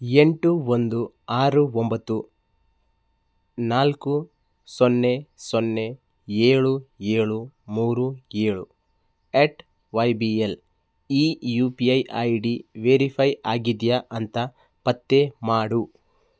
ಎಂಟು ಒಂದು ಆರು ಒಂಬತ್ತು ನಾಲ್ಕು ಸೊನ್ನೆ ಸೊನ್ನೆ ಏಳು ಏಳು ಮೂರು ಏಳು ಆ್ಯಟ್ ವೈ ಬಿ ಎಲ್ ಈ U P I I D verify ಆಗಿದೆಯಾ ಅಂತ ಪತ್ತೆ ಮಾಡು